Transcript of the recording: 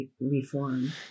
reform